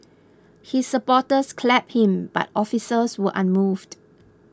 his supporters clapped him but officers were unmoved